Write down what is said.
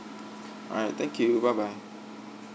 alright thank you bye bye